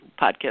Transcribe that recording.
podcast